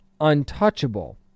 untouchable